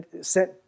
sent